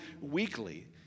weekly